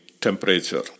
temperature